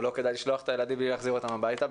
לא כדאי לשלוח את הילדים בלי להחזיר אותם הביתה,